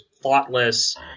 thoughtless